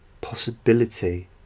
possibility